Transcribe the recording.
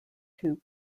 two